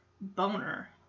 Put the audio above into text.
Boner